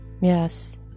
yes